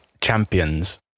champions